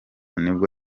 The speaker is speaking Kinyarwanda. nibwo